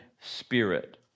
spirit